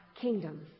kingdom